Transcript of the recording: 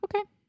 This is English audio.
Okay